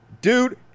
Dude